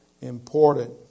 important